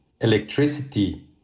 electricity